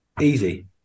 easy